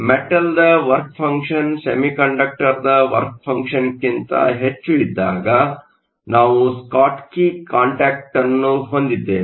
ಮೆಟಲ್ನ work function ಸೆಮಿಕಂಡಕ್ಟರ್ನ work ಫಂಕ್ಷನ್ಕ್ಕಿಂತ ಹೆಚ್ಚು ಇದ್ದಾಗ ನಾವು ಸ್ಕಾಟ್ಕಿ ಕಾಂಟ್ಯಾಕ್ಟ್ ಅನ್ನು ಹೊಂದಿದ್ದೇವೆ